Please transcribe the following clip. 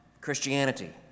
Christianity